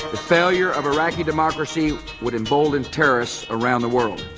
failure of iraqi democracy would embolden terrorists around the world,